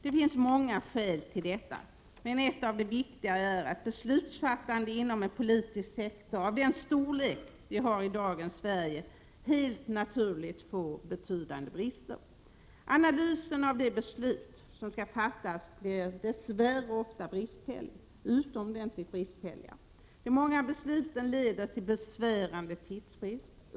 Det finns många skäl till detta, men ett av de viktigare är att beslutsfattandet inom en politisk sektor av den storlek vi har i dagens Sverige helt naturligt får betydande brister. Analyserna av de beslut som skall fattas blir dess värre ofta bristfälliga, utomordentligt bristfälliga. De många besluten leder till besvärande tidsbrist.